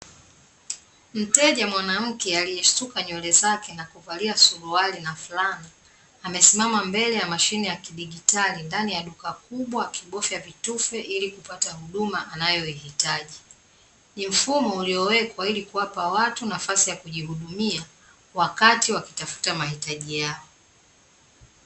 Mteja mwanamke aliyesuka nywele zake na kuvalia suruali na fulana, amesimama mbele ya mashine ya kidijitali ndani ya duka kubwa akibofya vitufe ilikupata huduma anayoihitaji. Ni mfumo uliowekwa ili kuwapa watu nafasi ya kujihudumia wakati wakitafuta mahitaji yao.